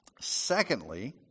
Secondly